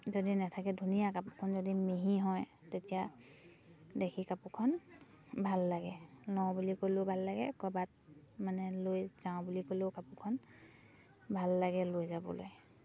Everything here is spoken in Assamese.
যদি নাথাকে ধুনীয়া কাপোৰখন যদি মিহি হয় তেতিয়া দেখি কাপোৰখন ভাল লাগে লওঁ বুলি ক'লেও ভাল লাগে ক'ৰবাত মানে লৈ যাওঁ বুলি ক'লেও কাপোৰখন ভাল লাগে লৈ যাবলৈ